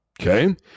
Okay